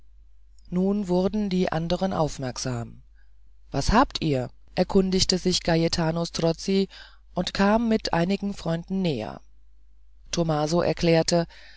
nun wurden die anderen aufmerksam was habt ihr erkundigte sich gaetano strozzi und kam mit einigen freunden näher tomaso erklärte